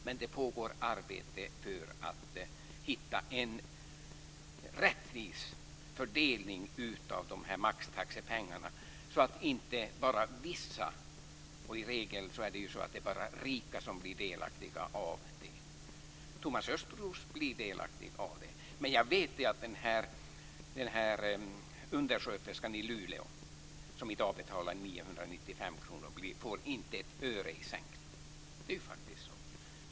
Men det pågår arbete för att hitta en rättvis fördelning av maxtaxepengarna så att inte bara vissa blir delaktiga av dem. I regel är det bara rika som blir det. Thomas Östros blir delaktig av dem, men jag vet att undersköterskan i Luleå, som i dag betalar 995 kr, inte får ett öre i sänkning. Det är faktiskt så.